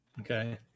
okay